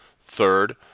Third